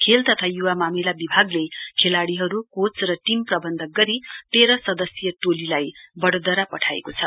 खेल तथा युवा मामिला विभागले खेलाडीहरू कोच र टीम प्रबन्धन गरी तेह्र सदस्यीय टोलीलाई बढोदरा पठाएको छ